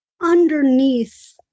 underneath